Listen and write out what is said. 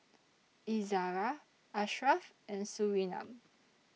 Izzara Ashraf and Surinam